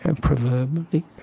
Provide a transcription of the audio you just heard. proverbially